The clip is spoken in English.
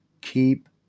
Keep